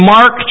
Mark